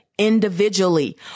individually